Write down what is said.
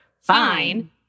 fine